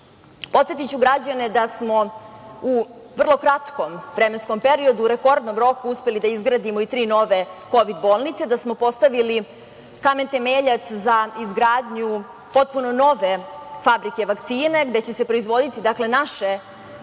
građane da smo u vrlo kratkom vremenskom periodu u rekordnom roku uspeli da izgradimo i tri nove kovid bolnice, da smo postavili kamen temeljac za izgradnju potpuno nove fabrike vakcina, gde će se proizvoditi naše srpske